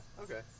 okay